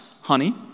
Honey